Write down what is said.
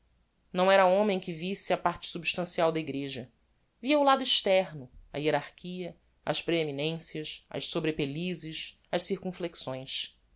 não era homem que visse a parte substancial da egreja via o lado externo a hierarchia as preeminencias as sobrepelizes as